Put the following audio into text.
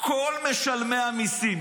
כל משלמי המיסים.